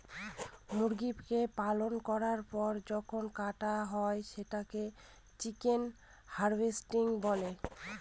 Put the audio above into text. মুরগিকে পালন করার পর যখন কাটা হয় সেটাকে চিকেন হার্ভেস্টিং বলে